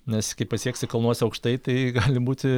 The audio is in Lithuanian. nes kai pasieksi kalnuose aukštai tai gali būti